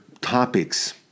topics